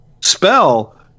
spell